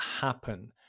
happen